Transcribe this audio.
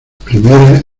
primera